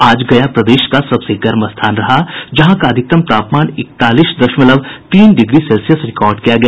आज गया प्रदेश का सबसे गर्म स्थान रहा जहां का अधिकतम तापमान इकतालीस दशमलव तीन डिग्री सेल्सियस रिकॉर्ड किया गया